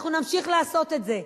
אנחנו נמשיך לעשות את זה.